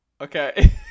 Okay